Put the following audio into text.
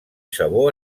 sabor